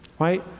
Right